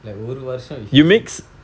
like ஒரு வருடம்:oru varudam he